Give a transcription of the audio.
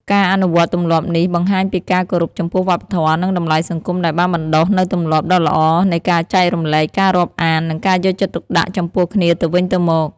ការអនុវត្តទម្លាប់នេះ បង្ហាញពីការគោរពចំពោះវប្បធម៌ និងតម្លៃសង្គមដែលបានបណ្ដុះនូវទម្លាប់ដ៏ល្អនៃការចែករំលែក ការរាប់អាន និងការយកចិត្តទុកដាក់ចំពោះគ្នាទៅវិញទៅមក។